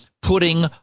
putting